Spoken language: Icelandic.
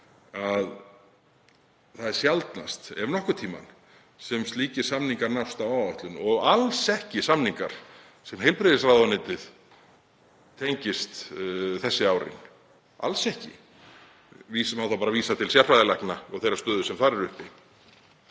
það er sjaldnast, ef nokkurn tímann, sem slíkir samningar nást á áætlun og alls ekki samningar sem heilbrigðisráðuneytið tengist þessi árin, alls ekki. Þá má bara vísa til sérfræðilækna og þeirrar stöðu sem þar er uppi.